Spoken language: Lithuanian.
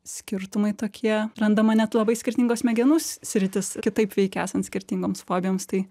skirtumai tokie randama net labai skirtingos smegenų s sritys kitaip veikia esant skirtingoms fobijoms tai